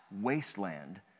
wasteland